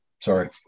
Sorry